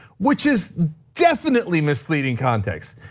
which is definitely misleading context.